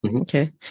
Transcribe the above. Okay